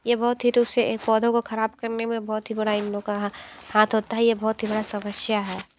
ये बहुत ही रूप से इन पौधों को खराब करने में बहुत ही बड़ा इन लोगों का हाथ होता है ये बहुत ही बड़ा समस्या है